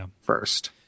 first